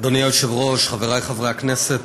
אדוני היושב-ראש, חברי חברי הכנסת,